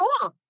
cool